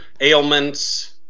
ailments